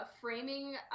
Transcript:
framing